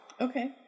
Okay